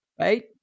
Right